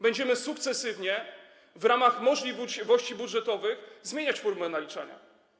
Będziemy sukcesywnie, w ramach możliwości budżetowych zmieniać formułę naliczania.